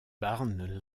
barnes